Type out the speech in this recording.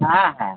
হ্যাঁ হ্যাঁ